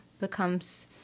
becomes